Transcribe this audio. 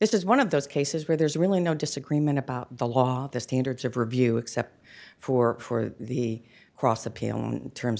this is one of those cases where there's really no disagreement about the law the standards of review except for the cross appeal and terms